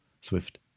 Swift